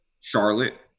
Charlotte